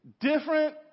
Different